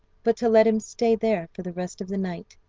but to let him stay there for the rest of the night,